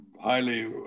highly